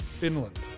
Finland